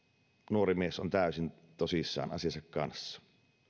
nuori mies on täysin tosissaan asiansa kanssa